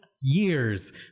years